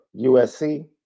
USC